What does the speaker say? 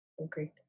Agreed